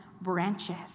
branches